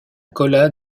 colas